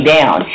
Down